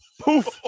Poof